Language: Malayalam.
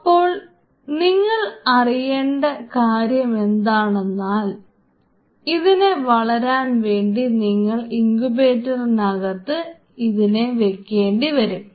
ഇപ്പോൾ നിങ്ങൾ അറിയേണ്ട കാര്യം എന്തെന്നാൽ ഇതിനെ വളരാൻ വേണ്ടി നിങ്ങൾ ഇങ്കുബേറ്ററിനകത്ത് ഇതിനെ വെക്കേണ്ടി വരും